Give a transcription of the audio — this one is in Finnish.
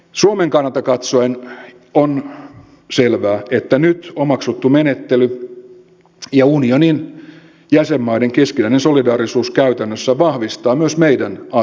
suomen kannalta katsoen on selvää että nyt omaksuttu menettely ja unionin jäsenmaiden keskinäinen solidaarisuus käytännössä vahvistavat myös meidän asemaamme